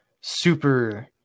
super